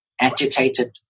agitated